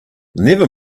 never